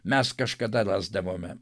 mes kažkada rasdavome